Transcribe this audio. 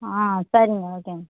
ஆ சரிங்க ஓகேங்க